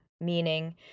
meaning